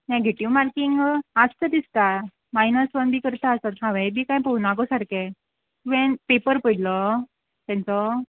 negative marking आसता दिसता minus one बी करता आसत हांवें बी कांय पळोवना गो सारकें तुवें पेपर पयलो तेंचो